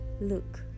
look